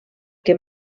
que